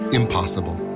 impossible